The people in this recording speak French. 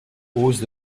hausse